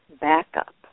backup